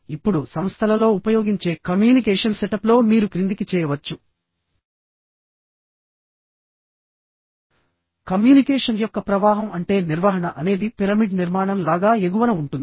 ఇప్పుడుసంస్థలలో ఉపయోగించే కమ్యూనికేషన్ సెటప్లో మీరు క్రిందికి చేయవచ్చు కమ్యూనికేషన్ యొక్క ప్రవాహం అంటే నిర్వహణ అనేది పిరమిడ్ నిర్మాణం లాగా ఎగువన ఉంటుంది